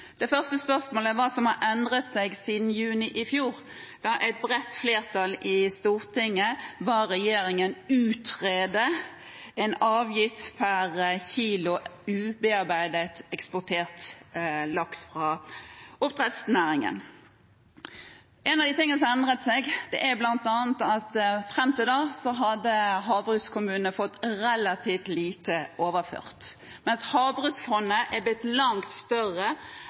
Det første spørsmålet var om hva som har endret seg siden juni i fjor da et bredt flertall i Stortinget ba regjeringen utrede en avgift per kilo eksportert ubearbeidet laks fra oppdrettsnæringen. En av de tingene som har endret seg, er bl.a. at fram til da hadde havbrukskommunene fått relativt lite overført, mens Havbruksfondet er blitt langt større